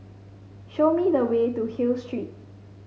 show me the way to Hill Street